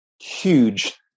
huge